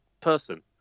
person